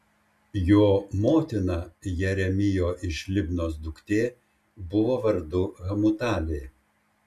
jo motina jeremijo iš libnos duktė buvo vardu hamutalė